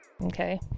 okay